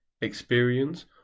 experience